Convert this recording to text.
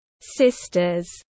sisters